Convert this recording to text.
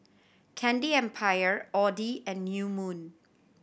Candy Empire Audi and New Moon